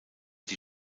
die